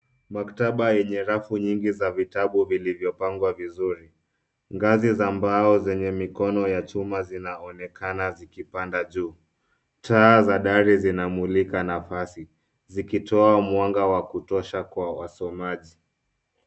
Maktaba yenye rafu nyingi za vitabu vilivyopangwa vizuri. Ngazi za mbao zenye mikono ya chuma zinaonekana zikipanda juu. Taa za dari zinamulika nafasi zikitoa mwanga wa kutosha kwa wasomaji.